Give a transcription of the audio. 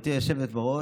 גברתי היושבת בראש,